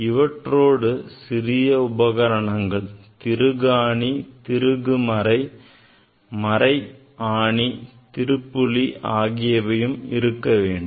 இவற்றோடு சிறிய உபகரணங்கள் திருகு ஆணி திருகு மரை மரை ஆணி திருப்புளி ஆகியவையும் இருக்கவேண்டும்